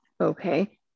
okay